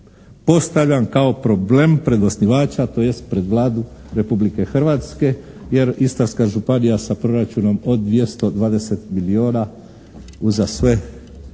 postavljam kao problem pred osnivača, tj., pred Vladu Republike Hrvatske jer Istarska županija sa proračunom od 220 milijuna uza sve